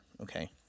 Okay